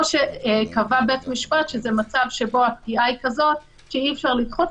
או כמו שקבע בית המשפט זה מצב שבו הפגיעה היא כזאת שאי אפשר לדחות,